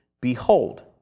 behold